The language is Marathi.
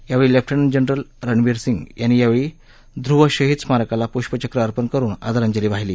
यावेळी लेफ्टनंट जनरल रणबिरसिंग यांनी यावेळी ध्रुव शहीद स्मारकाला पुष्पचक्र अर्पण करुन आदरांजली वाहिली